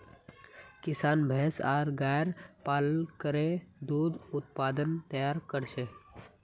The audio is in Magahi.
किसान भैंस आर गायर पालन करे दूध उत्पाद तैयार कर छेक